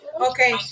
Okay